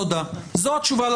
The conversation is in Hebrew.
תודה, זו התשובה לפרוטוקול.